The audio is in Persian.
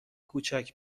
کوچک